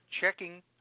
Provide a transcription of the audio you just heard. checking